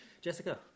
Jessica